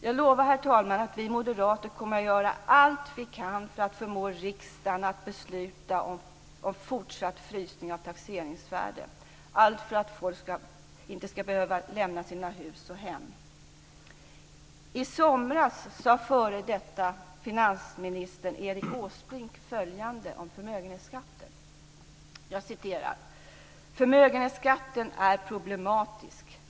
Jag lovar, herr talman, att vi moderater kommer att göra allt vad vi kan för att förmå riksdagen att besluta om fortsatt frysning av taxeringsvärdena, allt för att folk inte ska behöva lämna sina hus och hem. I somras sade f.d. finansminister Erik Åsbrink följande om förmögenhetsskatten: Förmögenhetsskatten är problematisk.